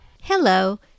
Hello